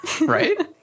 Right